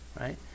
right